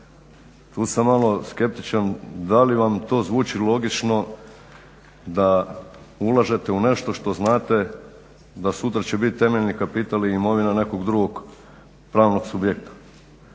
Tu sam malo skeptičan da li vam to zvuči logično da ulažete u nešto što znate da sutra će biti temeljni kapital i imovina nekog drugog pravnog subjekta.